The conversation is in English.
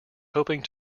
hoping